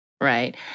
Right